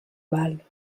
mâle